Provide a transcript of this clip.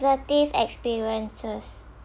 positive experiences